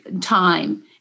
time